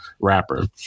rapper